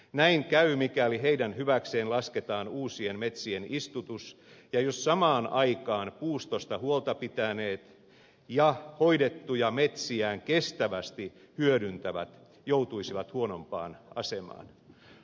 näin käy mikäli heidän hyväkseen lasketaan uusien metsien istutus ja jos samaan aikaan puustostaan huolta pitäneet ja hoidettuja metsiään kestävästi hyödyntävät joutuisivat huonompaan asemaan